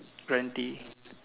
guaranteed